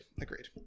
Agreed